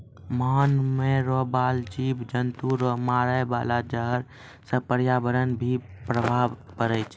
मान मे रहै बाला जिव जन्तु रो मारे वाला जहर से प्रर्यावरण पर भी प्रभाव पड़ै छै